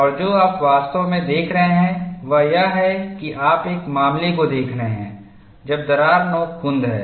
और जो आप वास्तव में देख रहे हैं वह यह है कि आप एक मामले को देख रहे हैं जब दरार नोक कुंद है